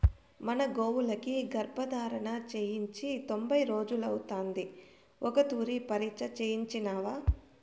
మన గోవులకి గర్భధారణ చేయించి తొంభై రోజులైతాంది ఓ తూరి పరీచ్ఛ చేయించినావా